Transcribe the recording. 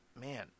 man